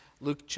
Luke